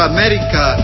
America